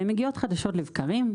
והן מגיעות חדשות לבקרים.